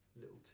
little